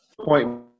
point